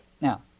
Now